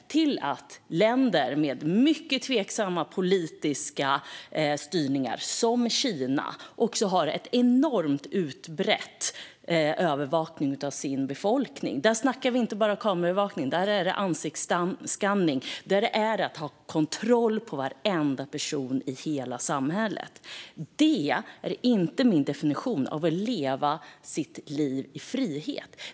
Sådan argumentation har lett till att länder med mycket tveksam politisk styrning, som Kina, har enormt utbredd övervakning av sin befolkning. Där snackar vi inte bara om kameraövervakning. Där är det ansiktsskanning. Där ska man ha kontroll på varenda person i hela samhället. Det är inte min definition av att leva sitt liv i frihet.